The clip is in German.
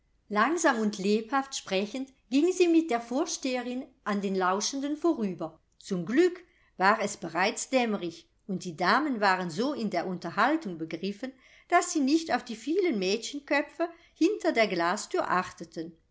langsam und lebhaft sprechend ging sie mit der vorsteherin an den lauschenden vorüber zum glück war es bereits dämmerig und die damen waren so in der unterhaltung begriffen daß sie nicht auf die vielen mädchenköpfe hinter der glasthür achteten